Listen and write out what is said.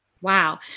Wow